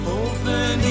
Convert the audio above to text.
open